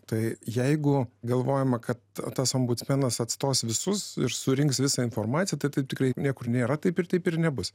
tai jeigu galvojama kad tas ombudsmenas atstos visus ir surinks visą informaciją tai tikrai niekur nėra taip ir taip ir nebus